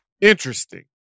Interesting